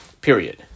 Period